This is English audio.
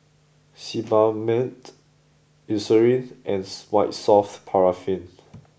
Sebamed Eucerin and White soft paraffin